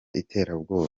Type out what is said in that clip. iterabwoba